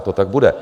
To tak bude.